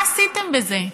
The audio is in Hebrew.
מה עשיתם בזה?